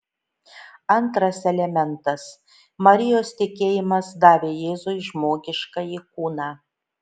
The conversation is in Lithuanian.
antras elementas marijos tikėjimas davė jėzui žmogiškąjį kūną